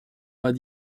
pas